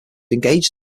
engaged